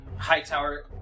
hightower